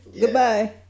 goodbye